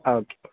आम्